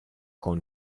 col